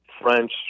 French